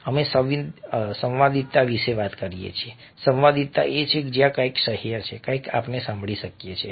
અમે સંવાદિતા વિશે વાત કરીએ છીએ સંવાદિતા એ છે જ્યાં કંઈક સહ્ય છે કંઈક આપણે સાંભળી શકીએ છીએ